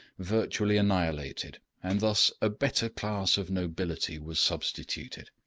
virtually annihilated, and thus a better class of nobility was substituted.